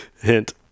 hint